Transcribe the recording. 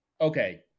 Okay